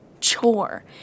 chore